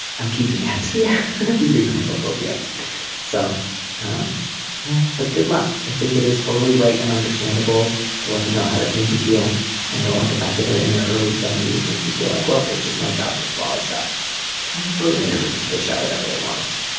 i'm keeping to yeah keeping the homophobia so um yeah. but good luck. i think it is totally right and understandable to let them know how this made you feel and don't want the fact that they're in their early seventy s make you feel like well it's just my job to swallow stuff absolutely not but to dish out whatever they want.